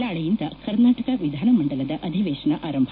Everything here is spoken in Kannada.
ನಾಳೆಯಿಂದ ಕರ್ನಾಟಕ ವಿಧಾನಮಂಡಲದ ಅಧಿವೇಶನ ಆರಂಭ